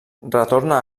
retorna